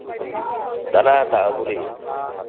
ꯇꯔꯥ ꯇꯥꯕꯧ ꯂꯩꯌꯦ